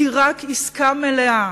כי רק עסקה מלאה